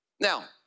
Now